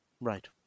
Right